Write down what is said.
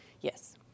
Yes